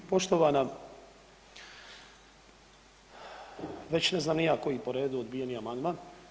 Poštovana, već ne znam ni ja koji po redu odbijeni amandman.